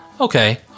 Okay